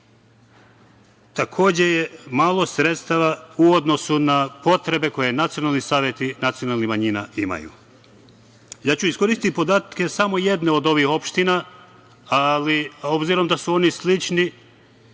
takođe je malo sredstava u odnosu na potrebe koje Nacionalni saveti nacionalnih manjina imaju. Iskoristiću podatke samo jedne od ovih opština, ali, obzirom da su oni slični,